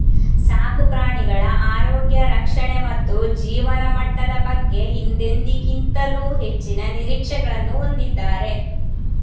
ಸಾಕು ಪ್ರಾಣಿಗಳ ಆರೋಗ್ಯ ರಕ್ಷಣೆ ಮತ್ತು ಜೀವನಮಟ್ಟದ ಬಗ್ಗೆ ಹಿಂದೆಂದಿಗಿಂತಲೂ ಹೆಚ್ಚಿನ ನಿರೀಕ್ಷೆಗಳನ್ನು ಹೊಂದಿದ್ದಾರೆ